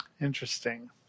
Interesting